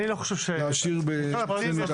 אני לא חושב שצריך את שר המשפטים.